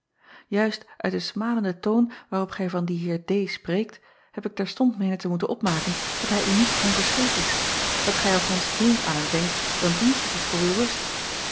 uist uit den smalenden toon waarop gij van dien eer spreekt heb ik terstond meenen te moeten opmaken dat hij u niet onverschillig is dat gij althans meer aan hem denkt dan dienstig is voor uwe rust